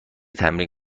تمرین